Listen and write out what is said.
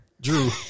Drew